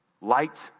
Light